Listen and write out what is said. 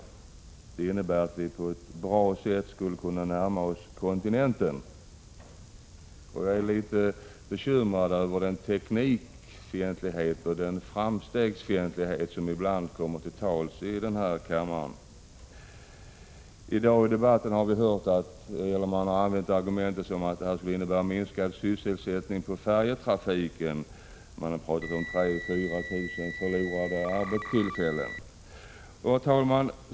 Den skulle innebära att vi på ett bra sätt skulle kunna närma oss kontinenten. Jag är litet bekymrad över den teknikfientlighet och den framstegsfientlighet som ibland kommer till uttryck i den här kammaren. I debatten i dag har vi hört argumentet att bron skulle innebära minskad sysselsättning inom färjetrafiken. Man har talat om 3 000—4 000 förlorade arbetstillfällen.